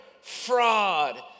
fraud